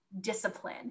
discipline